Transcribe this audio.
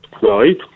Right